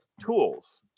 tools